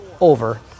over